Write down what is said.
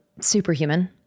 Superhuman